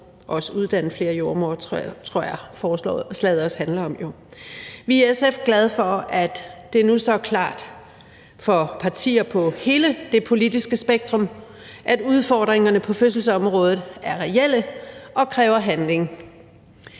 Vi er i SF glade for, at det nu står klart for partier på hele det politiske spektrum, at udfordringerne på fødselsområdet er reelle og kræver handling.